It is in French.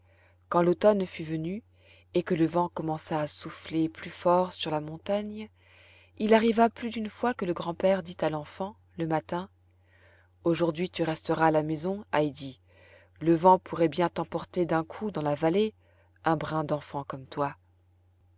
quand l'automne fut venu et que le vent commença à souffler plus fort sur la montagne il arriva plus d'une fois que le grand-père dit à l'enfant le matin aujourd'hui tu resteras à la maison heidi le vent pourrait bien t'emporter d'un coup dans la vallée un brin d'enfant comme toi